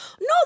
No